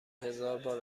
هزاربار